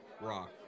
Rock